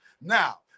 now